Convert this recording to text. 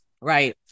Right